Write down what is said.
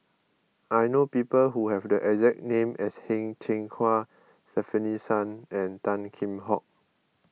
I know people who have the exact name as Heng Cheng Hwa Stefanie Sun and Tan Kheam Hock